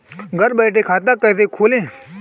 घर बैठे खाता कैसे खोलें?